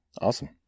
Awesome